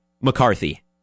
McCarthy